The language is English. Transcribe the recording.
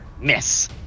Miss